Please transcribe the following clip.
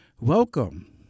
Welcome